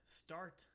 start